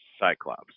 Cyclops